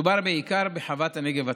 מדובר בעיקר בחוות הנגב הצפוני.